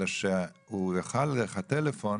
אלא שהוא יוכל דרך הטלפון